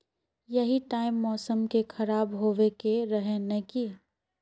यही टाइम मौसम के खराब होबे के रहे नय की?